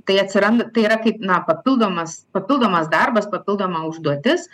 tai atsiranda tai yra kaip na papildomas papildomas darbas papildoma užduotis